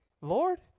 Lord